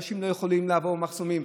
אנשים לא יכולים לעבור מחסומים.